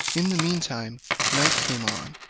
in the mean time night came on,